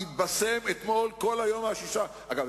לדחות את הקריאה השנייה והקריאה השלישית עד אחרי הפסח.